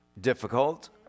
Difficult